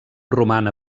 roman